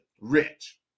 rich